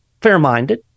fair-minded